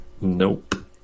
Nope